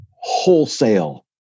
wholesale